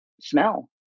smell